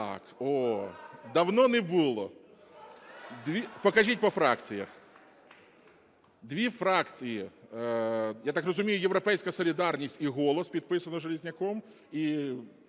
Так, давно не було. Покажіть по фракціях. Дві фракції, я так розумію, "Європейська солідарність" і "Голос", підписано Железняком